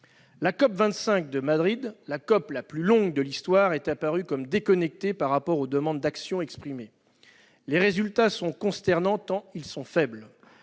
La COP25 de Madrid, la COP la plus longue de l'histoire, est apparue comme déconnectée par rapport aux demandes d'action exprimées. Les résultats sont consternants tant ils sont faibles.